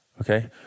Okay